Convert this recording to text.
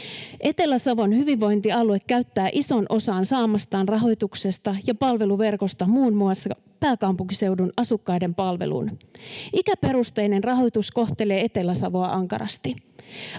Etelä-Savon hyvinvointialue käyttää ison osan saamastaan rahoituksesta ja palveluverkosta muun muassa pääkaupunkiseudun asukkaiden palveluun. Ikäperusteinen rahoitus kohtelee Etelä-Savoa ankarasti.